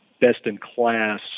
best-in-class